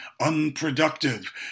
unproductive